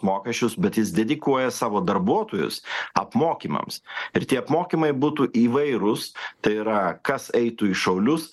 mokesčius bet jis dedikuoja savo darbuotojus apmokymams ir tie apmokymai būtų įvairūs tai yra kas eitų į šaulius